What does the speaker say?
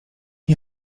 nie